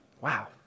Wow